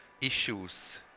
issues